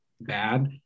bad